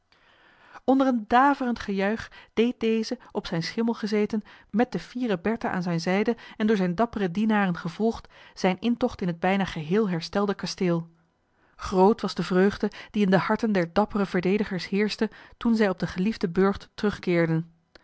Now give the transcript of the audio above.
onder een daverend gejuich deed deze op zijn schimmel gezeten met de fiere bertha aan zijne zijde en door zijne dappere dienaren gevolgd zijn intocht in het bijna geheel herstelde kasteel groot was de vreugde die in de harten der dappere verdedigers heerschte toen zij op den geliefden burcht terugkeerden